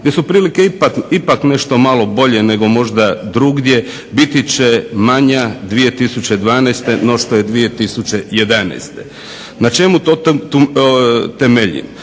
gdje su prilike ipak nešto malo bolje nego možda drugdje biti će manja 2012.no što je 2011. Na čemu to temeljim?